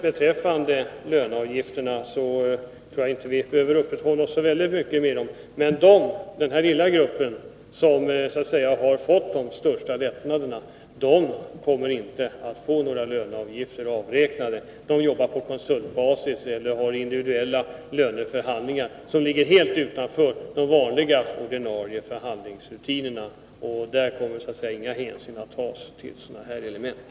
Beträffande löneavgifterna tror jag inte vi behöver uppehålla oss så väldigt mycket vid dem. Men den här lilla gruppen som har fått de största lättnaderna kommer inte att få några löneavgifter avräknade, de arbetar på konsultbasis eller har individuella löneförhandlingar som ligger helt utanför de vanliga, ordinarie förhandlingsrutinerna, och där kommer inga hänsyn att tas till sådana här element.